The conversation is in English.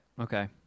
okay